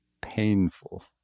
painful